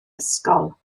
ysgol